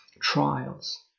trials